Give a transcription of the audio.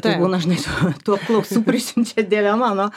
taip būna žinau tų apklausų prisiunčia dieve mano